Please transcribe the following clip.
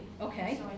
Okay